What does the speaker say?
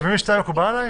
מקובל עליך?